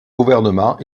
gouvernement